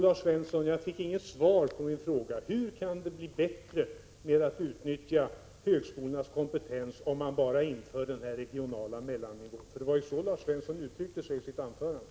Jag fick inget svar på min fråga, Lars Svensson. Hur kan det bli ett bättre utnyttjande av högskolornas kompetens bara genom att man inför denna regionala mellannivå? Det var ju så Lars Svensson uttryckte sig i sitt anförande.